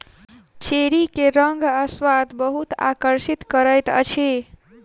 cherry के रंग आ स्वाद बहुत आकर्षित करैत अछि